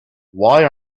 why